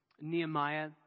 Nehemiah